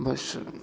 बस